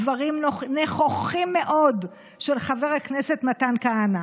דברים נכוחים מאוד של חבר הכנסת מתן כהנא.